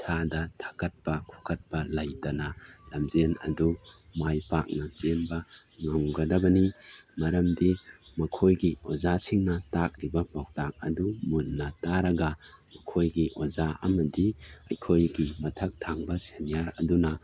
ꯏꯁꯥꯗ ꯊꯛꯀꯠꯄ ꯈꯣꯀꯠꯄ ꯂꯩꯇꯅ ꯂꯝꯖꯦꯟ ꯑꯗꯨ ꯃꯥꯏ ꯄꯥꯛꯅ ꯆꯦꯟꯕ ꯉꯝꯒꯗꯕꯅꯤ ꯃꯔꯝꯗꯤ ꯃꯈꯣꯏꯒꯤ ꯑꯣꯖꯥꯁꯤꯡꯅ ꯇꯥꯛꯂꯤꯕ ꯄꯥꯎꯇꯥꯛ ꯑꯗꯨ ꯃꯨꯟꯅ ꯇꯥꯔꯒ ꯑꯩꯈꯣꯏꯒꯤ ꯑꯣꯖꯥ ꯑꯃꯗꯤ ꯑꯩꯈꯣꯏꯒꯤ ꯃꯊꯛ ꯊꯪꯕ ꯁꯦꯅꯤꯌꯥꯔ ꯑꯗꯨꯅ